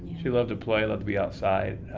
she loved to play, like to be outside.